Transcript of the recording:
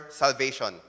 salvation